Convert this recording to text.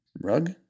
rug